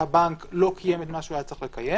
שהבנק לא קיים את מה שהוא היה צריך לקיים,